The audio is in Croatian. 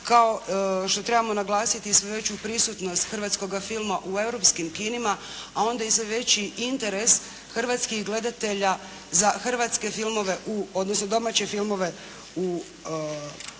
kao što trebamo naglasiti i sve veću prisutnost hrvatskoga filma u europskim kinima, a onda i sve veći interes hrvatskih gledatelja za hrvatske filmove u, odnosno domaće filmove u